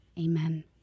Amen